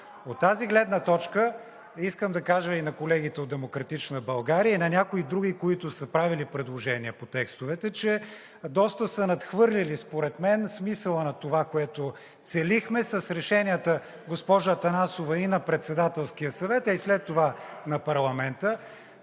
От тази гледна точка, искам да кажа и на колегите от „Демократична България“, и на някои други, които са правили предложения по текстовете, че доста са надхвърлили според мен смисъла на това, което целихме с решенията, госпожо Атанасова, и на Председателския съвет, а и след това на парламента.